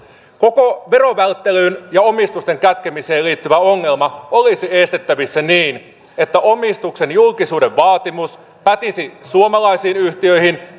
koko verovälttelyyn ja omistusten kätkemiseen liittyvä ongelma olisi estettävissä niin että omistuksen julkisuuden vaatimus pätisi suomalaisiin yhtiöihin